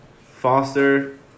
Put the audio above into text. Foster